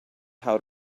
how